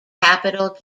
capital